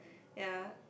ya